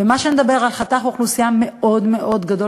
ומה עם חתך אוכלוסייה מאוד מאוד גדול